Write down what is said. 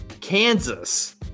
Kansas